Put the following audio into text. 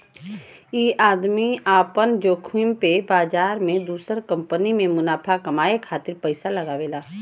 ई आदमी आपन जोखिम पे बाजार मे दुसर कंपनी मे मुनाफा कमाए खातिर पइसा लगावेला